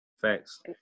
Facts